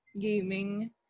gaming